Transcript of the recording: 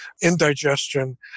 indigestion